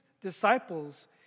disciples